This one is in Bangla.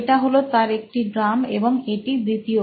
এটি হলো তার একটি ড্রাম এবং এটি দ্বিতীয়